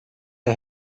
der